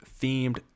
themed